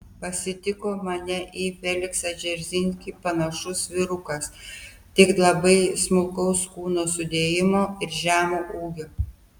pasitiko mane į feliksą dzeržinskį panašus vyrukas tik labai smulkaus kūno sudėjimo ir žemo ūgio